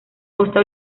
costa